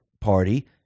party